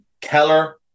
Keller